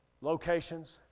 locations